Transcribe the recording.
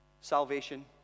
Salvation